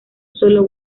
solo